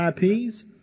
IPs